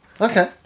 Okay